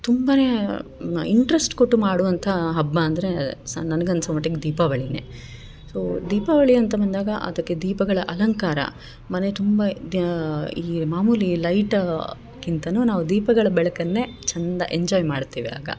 ತುಂಬ ಇಂಟ್ರೆಸ್ಟ್ ಕೊಟ್ಟು ಮಾಡುವಂಥ ಹಬ್ಬ ಅಂದರೆ ಸಹ ನಂಗನಿಸೋ ಮಟ್ಟಿಗೆ ದೀಪಾವಳಿ ಸೋ ದೀಪಾವಳಿ ಅಂತ ಬಂದಾಗ ಅದಕ್ಕೆ ದೀಪಗಳ ಅಲಂಕಾರ ಮನೆ ತುಂಬ ದ್ಯಾ ಇಲ್ಲಿ ಮಾಮೂಲಿ ಲೈಟಕ್ಕಿಂತ ನಾವು ದೀಪಗಳ ಬೆಳಕನ್ನೆ ಚಂದ ಎಂಜಾಯ್ ಮಾಡ್ತೇವೆ ಆಗ